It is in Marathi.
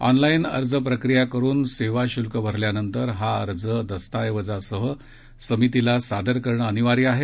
ऑनलाईन अर्ज प्रक्रिया करून सेवा शुल्क भरल्यानंतर हा अर्ज दस्ताऐवजासह समितीला सादर करणं अनिवार्य आहे